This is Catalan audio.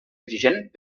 exigent